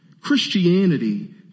Christianity